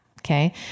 okay